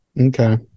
Okay